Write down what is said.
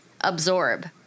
absorb